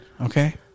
Okay